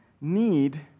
need